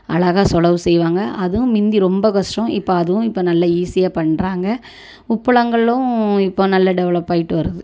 அழகா சொளவு செய்வாங்க அதுவும் முந்தி ரொம்ப கஷ்டம் இப்போ அதுவும் இப்போ நல்ல ஈஸியாக பண்ணுறாங்க உப்பளங்களும் இப்போ நல்ல டெவலப் ஆகிட்டு வருது